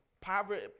Poverty